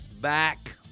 back